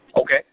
Okay